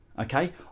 okay